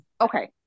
okay